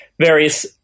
various